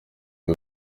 uba